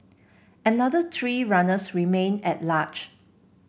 another three runners remain at large